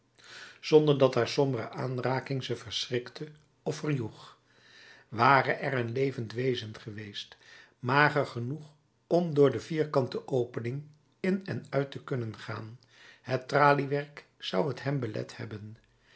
zonder dat haar sombere aanraking ze verschrikte of verjoeg ware er een levend wezen geweest mager genoeg om door de vierkante opening in en uit te kunnen gaan het traliewerk zou t hem belet hebben